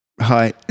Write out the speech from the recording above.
Hi